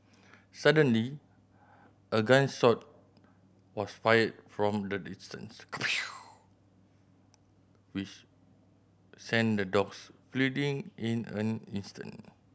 suddenly a gun shot was fired from the distance which sent the dogs fleeing in an instant